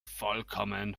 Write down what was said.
vollkommen